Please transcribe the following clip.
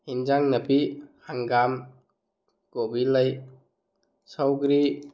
ꯌꯦꯟꯁꯥꯡ ꯅꯥꯄꯤ ꯍꯪꯒꯥꯝ ꯀꯣꯕꯤ ꯂꯩ ꯁꯧꯒ꯭ꯔꯤ